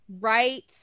Right